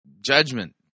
judgment